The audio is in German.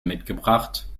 mitgebracht